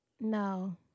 no